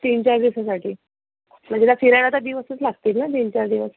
तीन चार दिवसासाठी म्हणजे काय फिरायला आता दिवसच लागतील न तीन चार दिवस